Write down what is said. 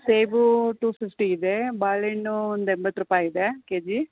ಸೇಬು two fifty ಇದೆ ಬಾಳೆಹಣ್ಣು ಒಂದು ಎಂಬತ್ತು ರೂಪಾಯಿ ಇದೆ ಕೆಜಿ